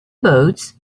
boats